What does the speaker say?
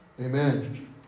Amen